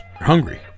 hungry